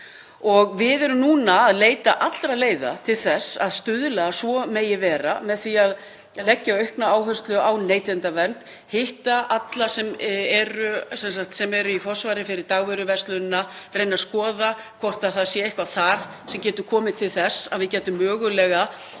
Við erum núna að leita allra leiða til þess að stuðla að því að svo megi verða með því að leggja aukna áherslu á neytendavernd, hitta alla sem eru í forsvari fyrir dagvöruverslunina og reyna að skoða hvort það sé eitthvað þar sem gæti stuðlað að því að við fengjum mögulega